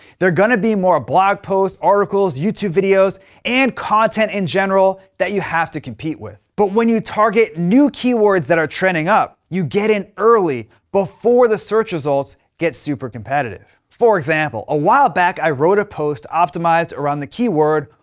they're gonna be more blog posts, articles, youtube videos and content in general, that you have to compete with. but when you target new keywords that are trending up, you get in early before the search results get super competitive. for example, a while back, i wrote a post optimized around the keyword,